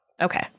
Okay